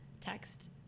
text